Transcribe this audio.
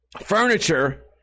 furniture